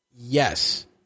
Yes